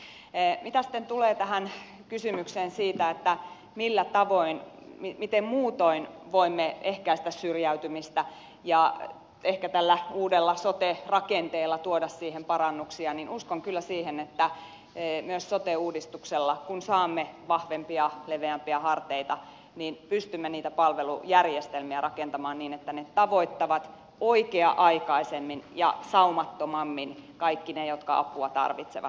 mitä sitten tulee tähän kysymykseen siitä miten muutoin voimme ehkäistä syrjäytymistä ja millä tavoin ehkä tällä uudella sote rakenteella tuoda siihen parannuksia niin uskon kyllä siihen että myös sote uudistuksella kun saamme vahvempia leveämpiä harteita pystymme niitä palvelujärjestelmiä rakentamaan niin että ne tavoittavat oikea aikaisemmin ja saumattomammin kaikki ne jotka apua tarvitsevat